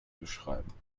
beschreiben